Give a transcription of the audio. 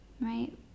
right